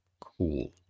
Cool